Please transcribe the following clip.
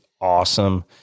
awesome